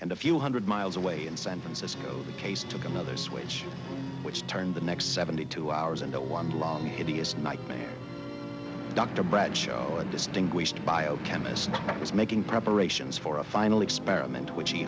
and a few hundred miles away in san francisco the case took another switch which turned the next seventy two hours into one long hideous nightmare dr brett show a distinguished biochemist was making preparations for a final experiment which he